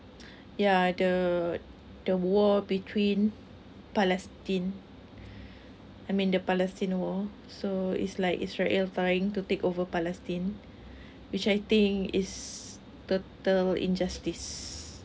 ya the the war between palestine I mean the palestine war so is like israel trying to take over palestine which I think is total injustice